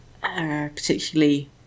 particularly